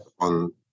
On